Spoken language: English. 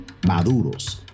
maduros